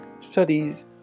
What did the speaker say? studies